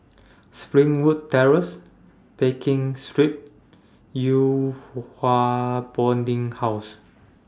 Springwood Terrace Pekin Street Yew Hua Boarding House